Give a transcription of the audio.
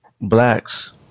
blacks